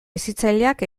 hezitzaileak